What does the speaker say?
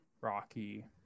Rocky